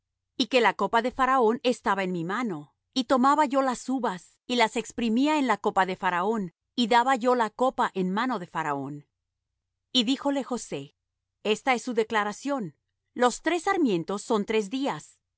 y que la copa de faraón estaba en mi mano y tomaba yo las uvas y las exprimía en la copa de faraón y daba yo la copa en mano de faraón y díjole josé esta es su declaración los tres sarmientos son tres días